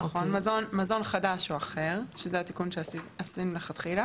מזון חדש או אחר שזה התיקון שעשינו מלכתחילה